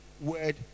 word